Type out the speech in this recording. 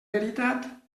veritat